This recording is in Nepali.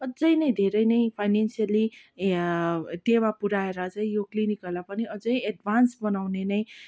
अझै नै धेरै नै फाइनेनसियली टेवा पुऱ्याएर चाहिँ यो क्लिनिकहरूलाई पनि अझै एड्भान्स बनाउने नै